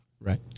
right